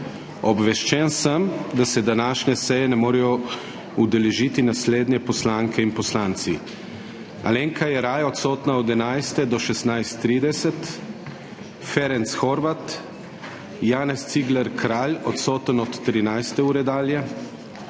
Obveščen sem, da se današnje seje ne morejo udeležiti naslednje poslanke in poslanci: Alenka Jeraj od 11. ure do 16.30, Ferenc Horvath, Janez Cigler Kralj od 13. ure dalje,